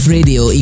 Radio